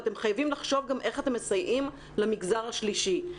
ואתם חייבים לחשוב גם איך אתם מסייעים למגזר השלישי.